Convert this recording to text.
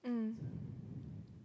mm